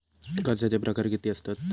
कर्जाचे प्रकार कीती असतत?